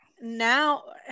now